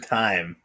time